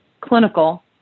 clinical